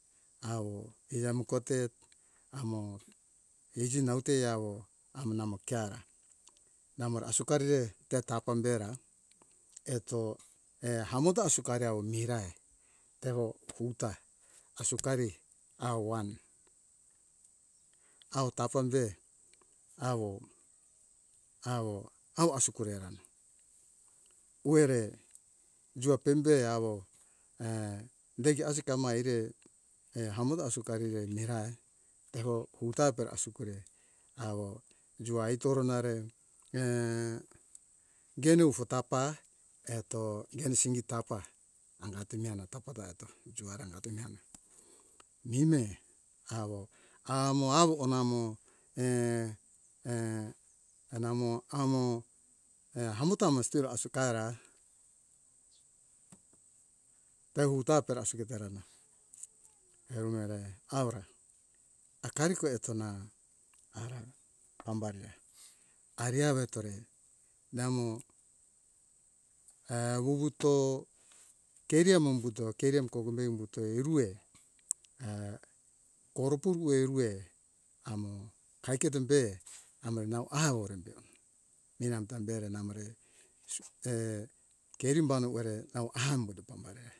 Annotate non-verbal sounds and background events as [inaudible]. Awo eamo kote amo agi naute awo amo namo keaira namora asukari ke tapa bera eto e hamota asukari awo mirai tevo hutia asukari awo one awo tapa be awo awo awo asukureran oere jua pembe awo [hesitation] deige asugamai eire e hamoda asukari re merai teho utapara asukore awo jua ai toro nare [hesitation] geni ufu tapa eto geni singi tapa hangate mehena tapa ta eto juana nati mihena mine awo amo awo namo [hesitation] enamo amo e hamuta amo still asukara twewu tapa asuker asuketerana eruna ere aura hakari te hetona ara pambare aria wetore namo e wuwuto keria umbuto keria kogumbe umbuto irue [hesitation] korupovue uruwe hamo kaiketo be amore nau ahau orembe hona eramta bere namo re [hesitation] kerim bana uere nau aha umbuto pambare